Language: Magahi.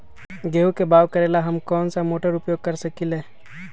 गेंहू के बाओ करेला हम कौन सा मोटर उपयोग कर सकींले?